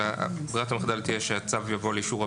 ברירת המחדל תהיה שהצו יבוא לאישור הוועדה.